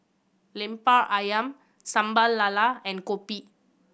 Lemper Ayam Sambal Lala and kopi